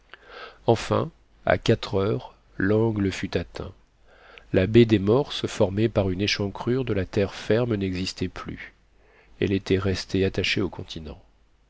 enfin à quatre heures l'angle fut atteint la baie des morses formée par une échancrure de la terre ferme n'existait plus elle était restée attachée au continent